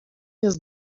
jest